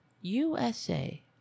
USA